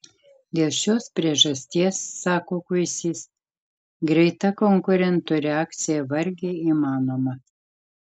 dėl šios priežasties sako kuisys greita konkurentų reakcija vargiai įmanoma